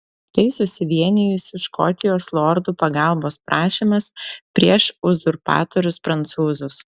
tai susivienijusių škotijos lordų pagalbos prašymas prieš uzurpatorius prancūzus